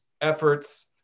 efforts